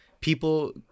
people